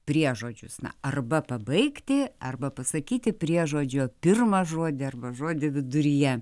priežodžius na arba pabaigti arba pasakyti priežodžio pirmą žodį arba žodį viduryje